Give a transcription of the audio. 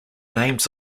names